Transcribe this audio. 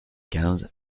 quinze